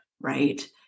Right